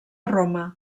roma